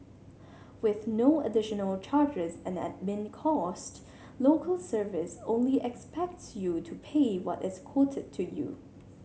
with no additional charges and admin costs Local Service only expects you to pay what is quoted to you